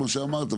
כמו שאמרת,